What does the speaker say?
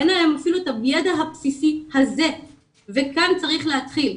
אין להן אפילו את הידע הבסיסי הזה וכאן צריך להתחיל.